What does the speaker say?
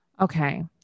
Okay